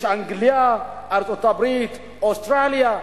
יש אנגליה, ארצות-הברית, אוסטרליה.